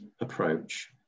approach